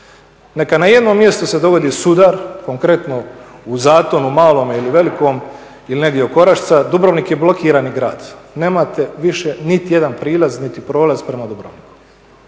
Neka na jednom mjestu se dogodi sudar, konkretno u Zatonu malom ili velikom ili negdje oko Orašca, Dubrovnik je blokirani grad. Nemate više niti jedan prilaz niti prolaz prema Dubrovniku.